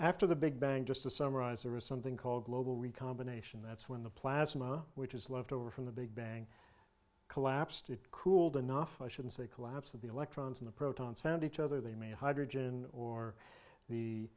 after the big bang just to summarize there is something called global reconfirmation that's when the plasma which is left over from the big bang collapsed it cooled enough i should say collapse of the electrons in the protons found each other they made hydrogen or the